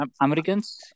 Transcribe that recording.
Americans